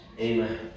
Amen